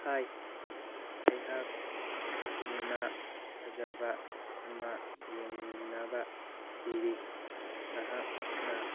ꯍꯥꯏ ꯑꯩꯍꯥꯛ ꯁꯤꯅꯤꯃꯥ ꯐꯖꯕ ꯑꯃ ꯌꯦꯡꯅꯕ ꯊꯤꯔꯤ ꯅꯍꯥꯛꯅ